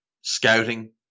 scouting